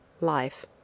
life